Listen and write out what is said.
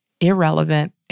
irrelevant